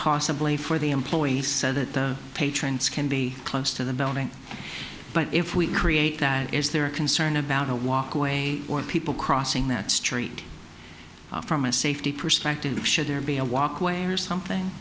possibly for the employees so that the patrons can be close to the building but if we create that is there a concern about a walkway or people crossing that street from a safety perspective should there be a walkway or something